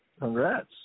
Congrats